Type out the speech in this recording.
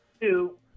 two